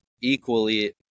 equally